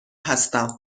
هستم